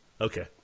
Okay